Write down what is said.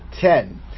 Ten